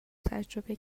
تجربه